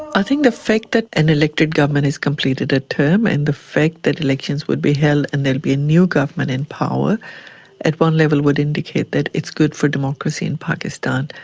i think the fact that an elected government has completed a term and the fact that elections would be held and there will be a new government in power at one level would indicate that it's good for democracy in pakistan.